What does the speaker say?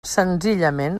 senzillament